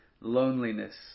loneliness